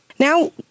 Now